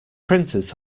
printers